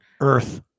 Earth